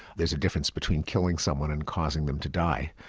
there's a difference between killing someone and causing them to die.